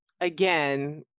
again